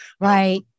Right